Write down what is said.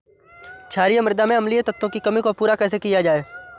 क्षारीए मृदा में अम्लीय तत्वों की कमी को पूरा कैसे किया जाए?